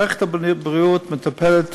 מערכת הבריאות מטפלת